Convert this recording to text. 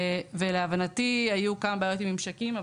להבנתי היו כמה בעיות עם הממשקים,